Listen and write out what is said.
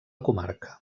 comarca